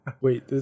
Wait